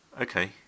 okay